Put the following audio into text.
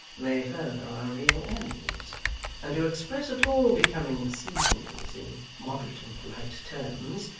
may further our real ends and to express at all becoming seasons, in moderate and polite terms,